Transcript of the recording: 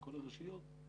בכל הרשויות,